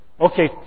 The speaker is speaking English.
Okay